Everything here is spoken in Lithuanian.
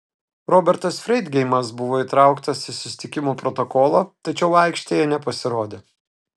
robertas freidgeimas buvo įtrauktas į susitikimo protokolą tačiau aikštėje nepasirodė